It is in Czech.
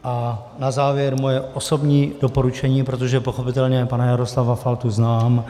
A na závěr moje osobní doporučení, protože pochopitelně pana Jaroslava Faltu znám.